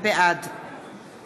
בעד